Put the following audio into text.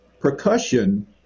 percussion